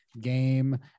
game